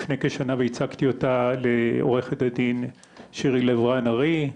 לפני כשנה והצגתי אותה לעורכת הדין שירי לב-רן ארי,